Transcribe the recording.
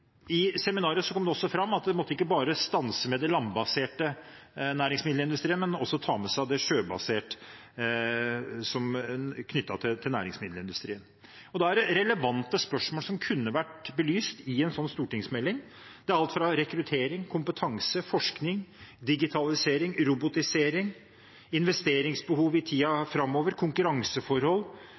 I seminaret kom det også fram at man ikke måtte stanse ved den landbaserte næringsmiddelindustrien, men også ta med den sjøbaserte. Det er relevante spørsmål som kunne vært belyst i en slik stortingsmelding: rekruttering, kompetanse, forskning, digitalisering, robotisering, investeringsbehov i tiden framover, konkurranseforhold